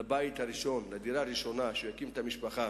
בבית הראשון, בדירה הראשונה, כדי שיקים משפחה.